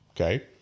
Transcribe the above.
Okay